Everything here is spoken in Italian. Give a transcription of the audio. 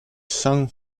san